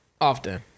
Often